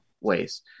ways